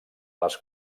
les